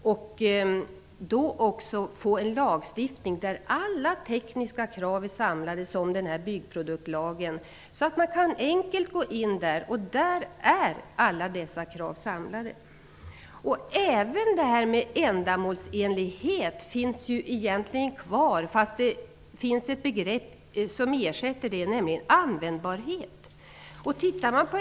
Det skall skapas en lagstiftning där alla tekniska krav är samlade -- som i byggproduktlagen. Kravet på ändamålsenlighet finns kvar fast i form av ett nytt begrepp, nämligen användbarhet.